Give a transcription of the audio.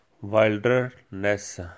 wilderness